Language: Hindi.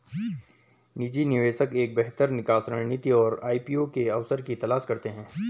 निजी निवेशक एक बेहतर निकास रणनीति और आई.पी.ओ के अवसर की तलाश करते हैं